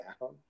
down